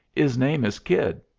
is name is kid.